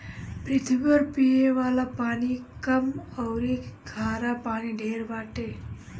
पृथ्वी पर पिये वाला पानी कम अउरी खारा पानी ढेर बाटे